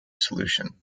solution